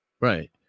Right